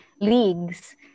leagues